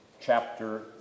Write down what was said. chapter